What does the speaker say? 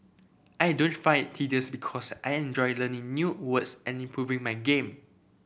I don't find tedious because I enjoy learning new words and improving my game